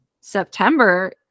september